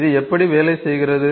இது எப்படி வேலை செய்கிறது